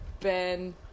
Ben